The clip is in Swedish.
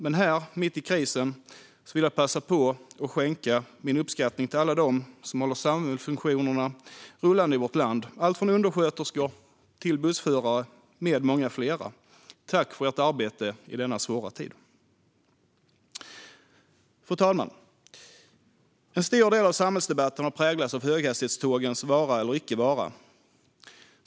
Men här, mitt i krisen, vill jag passa på att visa min uppskattning för alla dem som håller samhällsfunktionerna rullande i vårt land, alltifrån undersköterskor till bussförare med flera. Tack för ert arbete i denna svåra tid! Fru talman! En stor del av samhällsdebatten har präglats av höghastighetstågens vara eller icke vara.